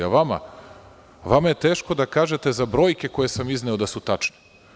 A vama, vama je teško da kažete za brojke koje sam izneo da su tačne.